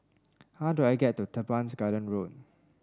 how do I get to Teban Garden Road